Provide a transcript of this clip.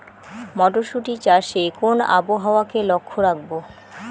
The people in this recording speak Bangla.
মটরশুটি চাষে কোন আবহাওয়াকে লক্ষ্য রাখবো?